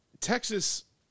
Texas